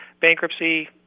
bankruptcy